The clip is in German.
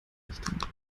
richtung